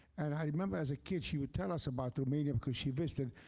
and i remember, as a kid, she would tell us about romania because she visited,